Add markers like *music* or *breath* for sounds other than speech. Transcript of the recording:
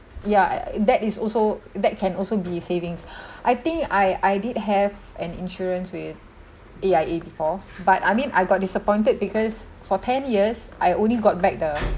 ya uh that is also that can also be savings *breath* I think I I did have an insurance with A_I_A before but I mean I got disappointed because for ten years I only got back the